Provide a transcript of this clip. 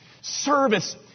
service